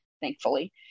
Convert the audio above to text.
Thankfully